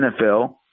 NFL